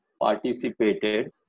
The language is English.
participated